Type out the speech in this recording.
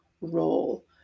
role